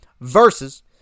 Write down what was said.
versus